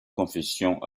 confession